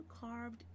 carved